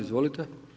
Izvolite.